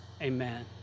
Amen